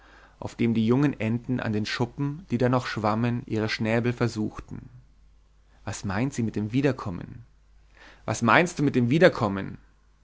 auf dem junge enten an den schuppen die da noch schwammen ihre schnäbel versuchten was meint sie mit dem wiederkommen was meinst du mit dem wiederkommen